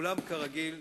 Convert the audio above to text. אולם כרגיל,